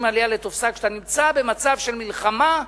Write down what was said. עליה לתפשה" כשאתה נמצא במצב של מלחמה,